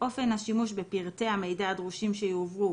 אופן השימוש בפרטי המידע הדרושים שיועברו